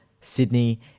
Sydney